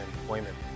employment